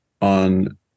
on